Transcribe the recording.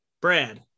Brad